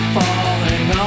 falling